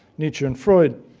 nietzsche and freud.